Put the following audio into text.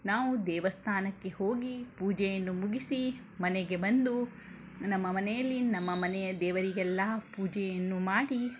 ನಾವು ದೇವಸ್ಥಾನಕ್ಕೆ ಹೋಗಿ ಪೂಜೆಯನ್ನು ಮುಗಿಸಿ ಮನೆಗೆ ಬಂದು ನಮ್ಮ ಮನೆಯಲ್ಲಿ ನಮ್ಮ ಮನೆಯ ದೇವರಿಗೆಲ್ಲ ಪೂಜೆಯನ್ನು ಮಾಡಿ